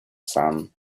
son